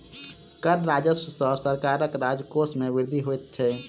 कर राजस्व सॅ सरकारक राजकोश मे वृद्धि होइत छै